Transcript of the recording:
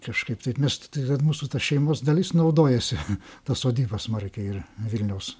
kažkaip taip mes tai kad mūsų šeimos dalis naudojasi ta sodyba smarkiai ir vilniaus